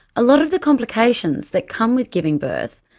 a lot of the complications that come with giving birth,